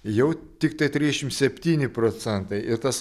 jau tiktai tridešim septyni procentai ir tas